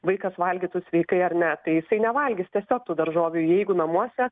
vaikas valgytų sveikai ar ne tai jisai nevalgys tiesiog tų daržovių jeigu namuose